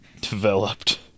developed